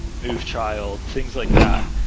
move child, things like that.